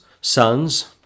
sons